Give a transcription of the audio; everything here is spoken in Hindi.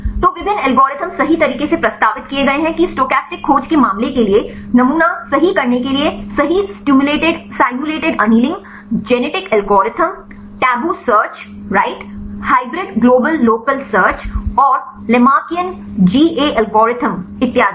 तो विभिन्न एल्गोरिदम सही तरीके से प्रस्तावित किए गए हैं कि स्टोकेस्टिक खोज के मामले के लिए नमूना सही करने के लिए सही simulated annealing genetic algorithm tabu search right hybrid global local search और लैमार्कियन जीए एल्गोरिदम इत्यादि